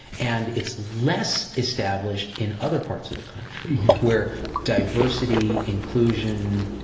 and it's less established in other parts of the country where diversity, inclusion,